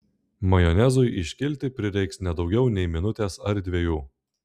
majonezui iškilti prireiks ne daugiau nei minutės ar dviejų